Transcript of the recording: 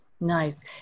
Nice